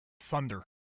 Thunder